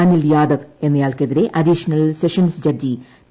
അനിൽ യാദവ് എന്നയാൾക്കെതിരെ additional sessions judge P